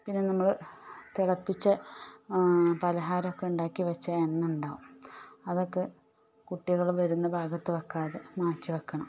പിന്നെ നമ്മൾ തിളപ്പിച്ച പലഹാരം ഒക്കെ ഉണ്ടാക്കി വച്ച എണ്ണ ഉണ്ടാകും അതൊക്കെ കുട്ടികൾ വരുന്ന ഭാഗത്ത് വയ്ക്കാതെ മാറ്റിവെക്കണം